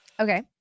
Okay